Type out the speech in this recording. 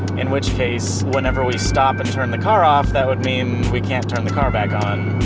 in which case whenever we stop and turn the car off that would mean we can't turn the car back on.